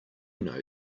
know